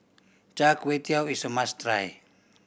Char Kway Teow is a must try